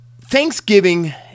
Thanksgiving